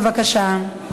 בבקשה.